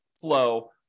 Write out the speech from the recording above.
flow